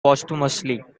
posthumously